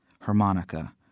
Harmonica